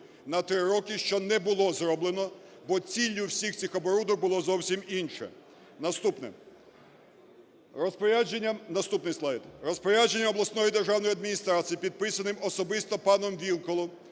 на 3 роки, що не було зроблено, бо ціллю всіх цих оборудок було зовсім інше. Наступне. Розпорядженням… Наступний слайд. Розпорядженням обласної державної адміністрації, підписаним особисто паном Вілкулом,